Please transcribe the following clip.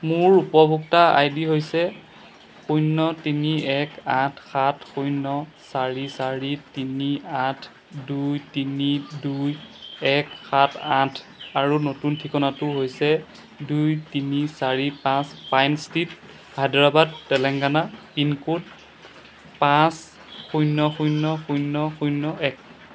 মোৰ উপভোক্তা আইডি হৈছে শূন্য তিনি এক আঠ সাত শূন্য চাৰি চাৰি তিনি আঠ দুই তিনি দুই এক সাত আঠ আৰু নতুন ঠিকনাটো হৈছে দুই তিনি চাৰি পাঁচ Pine Street Hyderabad Telangana pin code পাঁচ শূন্য শূন্য শূন্য শূন্য এক